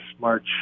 March